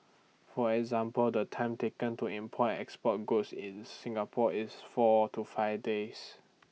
for example the time taken to import export goods in Singapore is four to five days